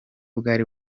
bwari